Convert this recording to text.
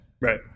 Right